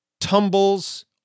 tumbles